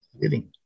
Living